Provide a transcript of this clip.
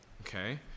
Okay